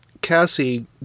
Cassie